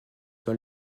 dans